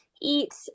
eat